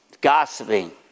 Gossiping